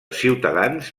ciutadans